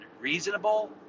reasonable